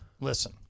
listen